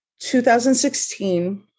2016